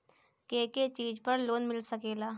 के के चीज पर लोन मिल सकेला?